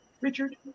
Richard